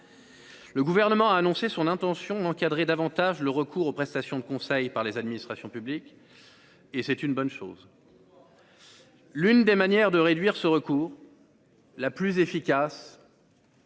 Le gouvernement a annoncé son intention d'encadrer davantage le recours aux prestations de conseil par les administrations publiques, et c'est une bonne chose. Pour voir. L'une des manières de réduire ce recours, la plus efficace.